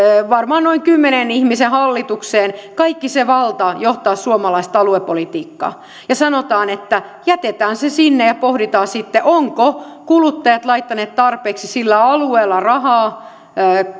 varmaan noin kymmenen ihmisen hallitukseen kaikki se valta johtaa suomalaista aluepolitiikkaa ja sanotaan että jätetään se sinne ja pohditaan sitten ovatko kuluttajat laittaneet alueella tarpeeksi rahaa